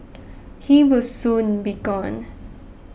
he will soon be gone